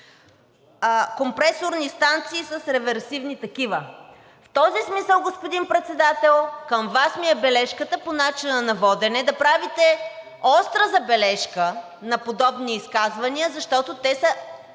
компресорни станции с реверсивни такива. В този смисъл, господин Председател, към Вас ми е бележката – по начина на водене, да правите остра забележка на подобни изказвания, защото те са